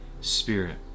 Spirit